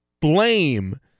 blame